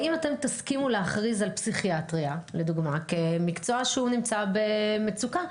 האם אתם תסכימו להכריז על פסיכיאטריה לדוגמה כמקצוע שנמצא במצוקה?